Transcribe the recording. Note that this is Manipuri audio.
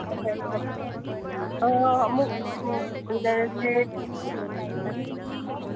ꯍꯣꯏ ꯍꯣꯏ ꯊꯝꯃꯣ ꯑꯥ ꯑꯥ ꯑꯃꯨꯛ ꯎꯅꯔꯁꯦ ꯎꯝ ꯕꯥꯏ